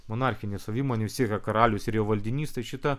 monarchinė savimonė vistiek yra karalius ir jo valdinys tai šita